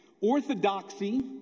Orthodoxy